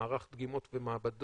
מערך דגימות במעבדות,